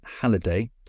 Halliday